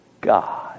God